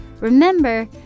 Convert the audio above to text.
Remember